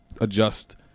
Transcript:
adjust